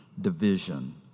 division